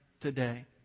today